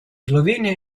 slovenia